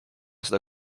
seda